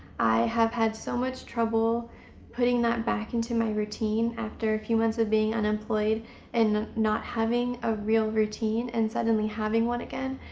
i have had so much trouble putting that back in my routine after a few months of being unemployed and not having a real routine and suddenly having one again.